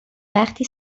وقتی